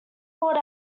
brought